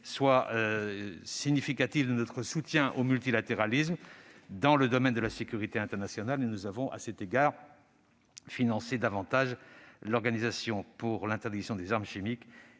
pour signifier notre soutien au multilatéralisme dans le domaine de la sécurité internationale. Nous avons ainsi financé davantage l'Organisation pour l'interdiction des armes chimiques,